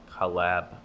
collab